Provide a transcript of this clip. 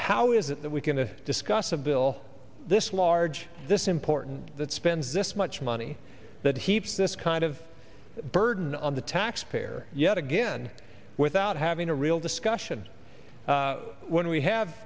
how is it that we can to discuss a bill this large this important that spends this much money that heaps this kind of burden on the taxpayer yet again without having a real discussion when we have